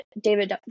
David